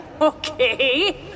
Okay